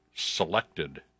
selected